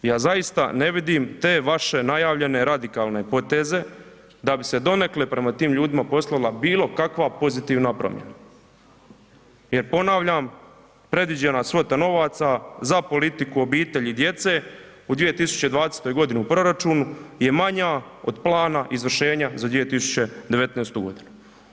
Ja zaista ne vidim te vaše najavljene radikalne poteze da bi se donekle prema tim ljudima poslala bilo kakva pozitivna promjena jer ponavljam predviđena svota novaca za politiku obitelji i djece u 2020. godini u proračunu je manja od plana izvršenja za 2019. godinu.